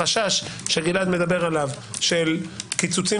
החשש שגלעד מדבר עליו של קיצוצים